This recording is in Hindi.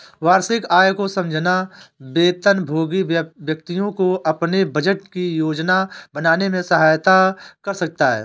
वार्षिक आय को समझना वेतनभोगी व्यक्तियों को अपने बजट की योजना बनाने में सहायता कर सकता है